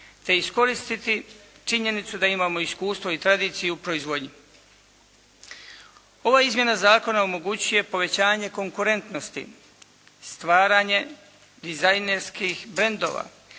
te iskoristiti činjenicu da imamo iskustvo i tradiciju u proizvodnji. Ova izmjena zakona omogućuje povećanje konkurentnosti, stvaranje dizajnerskih brandova,